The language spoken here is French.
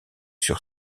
sur